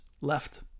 left